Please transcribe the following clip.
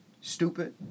stupid